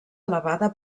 elevada